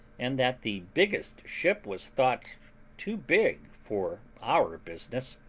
and that the biggest ship was thought too big for our business.